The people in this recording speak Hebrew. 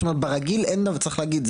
זאת אומרת ברגיל צריך להגיד,